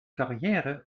carrière